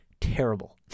terrible